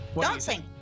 Dancing